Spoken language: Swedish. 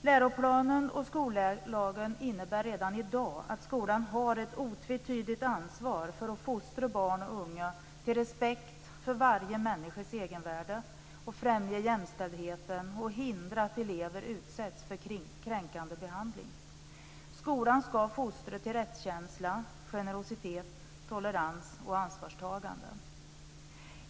Läroplanen och skollagen innebär redan i dag att skolan har ett otvetydigt ansvar för att fostra barn och unga till respekt för varje människas egenvärde, att främja jämställdhet och att hindra att elever utsätts för kränkande behandling. Skolan skall fostra till rättskänsla, generositet, tolerans och ansvarstagande.